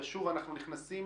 ושוב אנחנו נכנסים